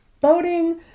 boating